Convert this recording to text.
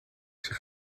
zich